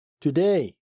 today